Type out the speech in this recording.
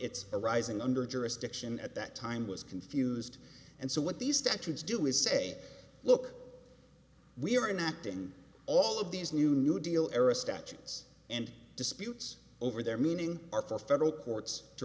it's arising under jurisdiction at that time was confused and so what these statutes do is say look we are not doing all of these new new deal era statutes and disputes over their meaning are for federal courts to